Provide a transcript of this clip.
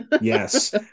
Yes